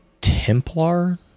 Templar